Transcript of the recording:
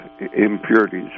impurities